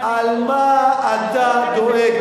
על מה אתה דואג?